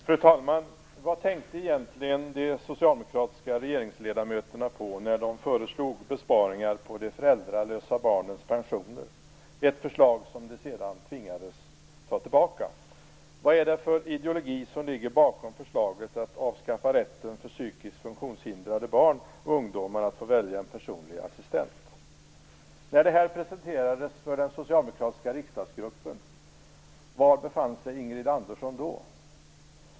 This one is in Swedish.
Fru talman! Vad tänkte egentligen de socialdemokratiska regeringsledamöterna på när de föreslog besparingar på de föräldralösa barnens pensioner? Det var ett förslag som de senare tvingades ta tillbaka. Vad är det för ideologi som ligger bakom förslaget att avskaffa rätten för psykiskt funktionshindrade barn och ungdomar att få välja personlig assistent? Var befann sig Ingrid Andersson när det förslaget presenterades för den socialdemokratiska riksdagsgruppen?